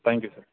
thank you sir